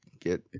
get